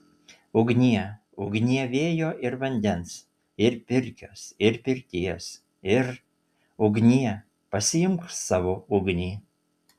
ugnie ugnie vėjo ir vandens ir pirkios ir pirties ir ugnie pasiimk savo ugnį